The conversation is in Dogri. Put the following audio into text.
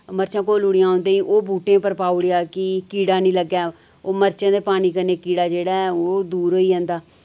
मर्चां घोली ओड़ियां उं'दे ई ओह् बूह्टें पर पाई ओड़ेआ कि कीड़ा नेईं लग्गै ओह् मर्चें दे पानी कन्नै कीड़ा जेह्ड़ा ऐ ओह् दूर होई जंदा